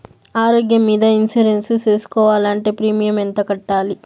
ఆరోగ్యం మీద ఇన్సూరెన్సు సేసుకోవాలంటే ప్రీమియం ఎంత కట్టాలి?